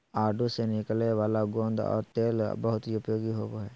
आडू से निकलय वाला गोंद और तेल बहुत उपयोगी होबो हइ